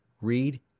Read